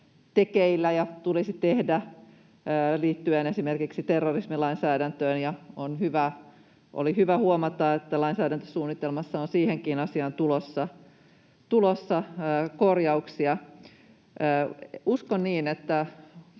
tekeillä ja jotka tulisi tehdä liittyen esimerkiksi terrorismilainsäädäntöön, ja oli hyvä huomata, että lainsäädäntösuunnitelmassa on siihenkin asiaan tulossa korjauksia. Uskon niin, että